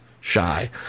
shy